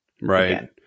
Right